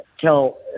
tell